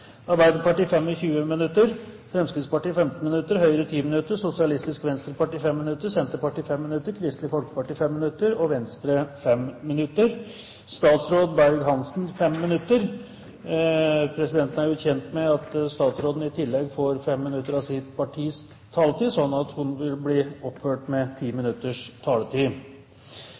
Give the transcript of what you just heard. Arbeiderpartiet 25 minutter, Fremskrittspartiet 15 minutter, Høyre 10 minutter, Sosialistisk Venstreparti 5 minutter, Senterpartiet 5 minutter, Kristelig Folkeparti 5 minutter, Venstre 5 og statsråd Berg-Hansen 5 minutter. Presidenten er gjort kjent med at statsråden i tillegg får 5 minutter av sitt partis taletid, slik at hun vil bli oppført med 10 minutters taletid.